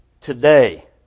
Today